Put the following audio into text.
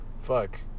fuck